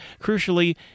Crucially